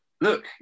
look